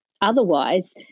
Otherwise